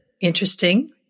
Interesting